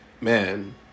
man